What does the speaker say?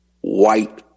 White